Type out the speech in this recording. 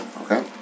Okay